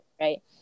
right